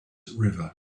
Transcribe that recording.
river